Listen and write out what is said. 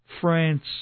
France